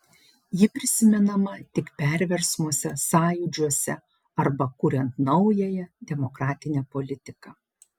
ji prisimenama tik perversmuose sąjūdžiuose arba kuriant naująją demokratinę politiką